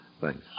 Thanks